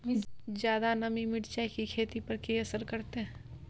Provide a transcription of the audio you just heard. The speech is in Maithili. ज्यादा नमी मिर्चाय की खेती पर की असर करते?